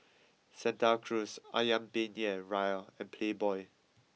Santa Cruz Ayam Penyet Ria and Playboy